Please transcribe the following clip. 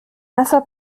nasser